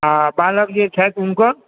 आ बालक जे छथि हुनकर